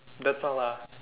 that's all ah